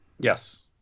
Yes